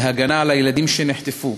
להגנה על הילדים שנחטפו.